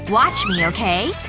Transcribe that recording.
watch me, okay?